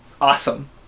awesome